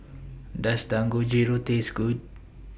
Does Dangojiru Taste Good